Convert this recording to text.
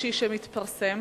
השלישי שמתפרסם